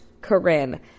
Corinne